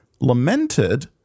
lamented